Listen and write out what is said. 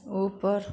ऊपर